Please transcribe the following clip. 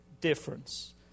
difference